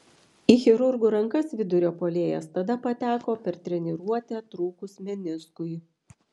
į chirurgų rankas vidurio puolėjas tada pateko per treniruotę trūkus meniskui